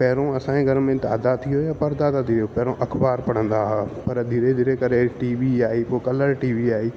पहिरों असांजे घर में दादा थियो या परदादा थियो पहिरों अखबार पढ़ंदा हुआ पर धीरे धीरे करे टीवी आई पोइ कलर टीवी आई